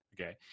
Okay